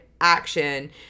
action